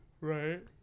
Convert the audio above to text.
Right